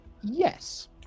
Yes